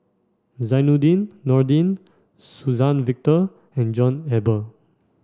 Zainudin Nordin Suzann Victor and John Eber